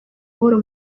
ahora